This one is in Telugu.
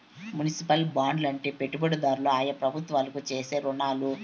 మునిసిపల్ బాండ్లు అంటే పెట్టుబడిదారులు ఆయా ప్రభుత్వాలకు చేసే రుణాలు